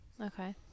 Okay